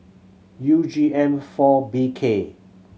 U G M four B K